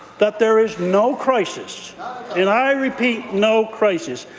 that there is no crisis and i repeat, no crisis.